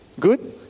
Good